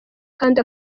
kandi